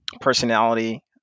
personality